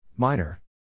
Minor